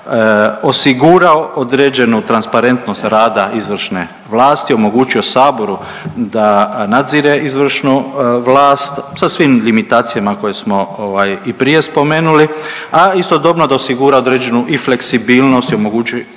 osigurao određenu transparentnost rada izvršne vlasti, omogućio saboru da nadzire izvršnu vlast sa svim limitacijama koje smo ovaj i prije spomenuli, a istodobno da osigura određenu i fleksibilnost i omogući